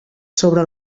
sobre